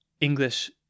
English